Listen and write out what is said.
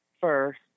first